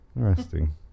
Interesting